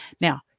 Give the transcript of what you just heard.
Now